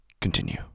continue